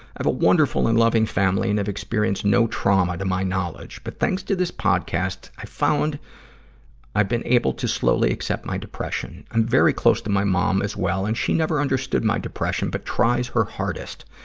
i've a wonderful and loving family and have experienced no trauma to my knowledge. but thanks to this podcast, i found i've been able to slowly accept my depression. i'm very close to my mom as well, and she never understood my depression, but tries her hardest.